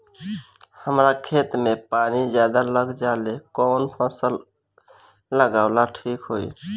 हमरा खेत में पानी ज्यादा लग जाले कवन फसल लगावल ठीक होई?